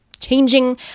changing